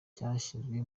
byashyizwe